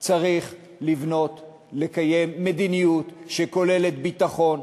צריך לקיים מדיניות שכוללת ביטחון,